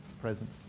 present